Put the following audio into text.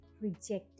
rejected